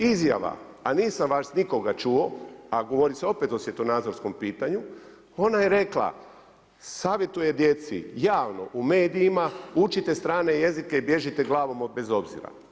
Izjava, a nisam vas nikoga čuo a govori se opet o svjetonadzorskom pitanju, ona je rekla savjetuje djeci javno u medijima učite strane jezike i bježite glavom bez obzira.